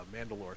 Mandalore